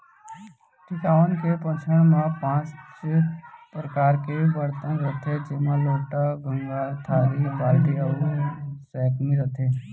टिकावन के पंचहड़ म पॉंच परकार के बरतन रथे जेमा लोटा, गंगार, थारी, बाल्टी अउ सैकमी रथे